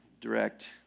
direct